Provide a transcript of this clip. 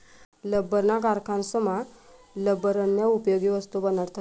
लब्बरना कारखानासमा लब्बरन्या उपयोगी वस्तू बनाडतस